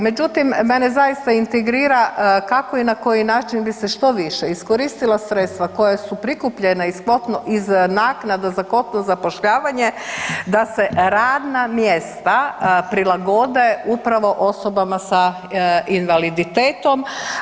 Međutim mene zaista integrira kako i na koji način bi se što više iskoristila sredstva koja su prikupljena iz naknada za … [[ne razumije se]] zapošljavanje da se radna mjesta prilagode upravo osobama sa invaliditetom.